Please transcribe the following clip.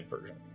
version